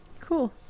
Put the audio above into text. Cool